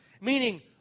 meaning